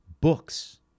books